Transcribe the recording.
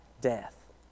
death